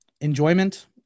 enjoyment